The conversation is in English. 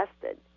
tested